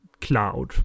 cloud